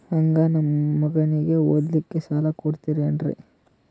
ಹಂಗ ನಮ್ಮ ಮಗನಿಗೆ ಓದಲಿಕ್ಕೆ ಸಾಲ ಕೊಡ್ತಿರೇನ್ರಿ?